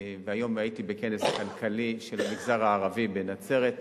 והיום הייתי בכנס כלכלי של המגזר הערבי בנצרת,